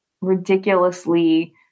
ridiculously